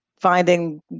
finding